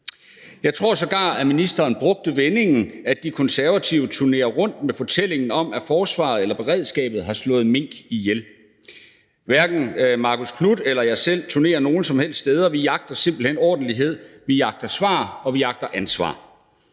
Jeg tror sågar, at ministeren brugte vendingen, at De Konservative turnerer rundt med fortællingen om, at forsvaret eller beredskabet har slået mink ihjel. Hverken Marcus Knuth eller jeg selv turnerer nogen som helst steder. Vi jagter simpelt hen ordentlighed, vi jagter svar, og vi jagter ansvar.